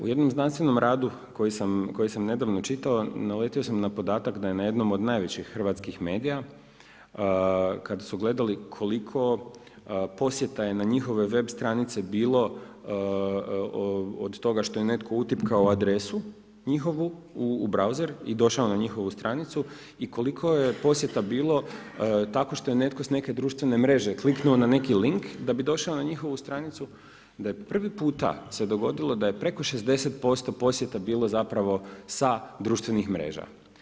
U jednom znanstvenom radu koji sam nedavno čitao naletio sam na podatak da je na jednom od najvećih hrvatskih medija kada su gledali koliko posjeta je na njihove web stranice bilo od toga što je neko utipkao adresu njihovu u browser i došao na njihovu stranicu i koliko je posjeta bilo tako što je neko s neke društvene mreže kliknuo na neki link da bi došao na njihovu stranicu da se prvi puta dogodilo da je preko 60% posjeta bilo sa društvenih mreža.